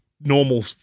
normal